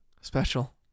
Special